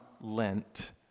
lent